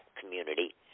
community